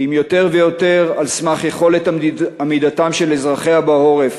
כי אם יותר ויותר על סמך יכולת עמידתם של אזרחיה בעורף